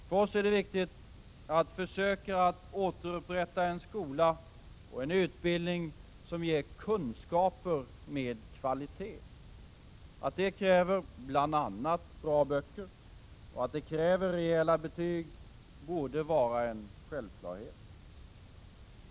För oss är det viktigt att försöka att återupprätta en skola och en utbildning som ger kunskaper med kvalitet. Att det kräver bl.a. bra böcker och rejäla betyg borde vara en självklarhet.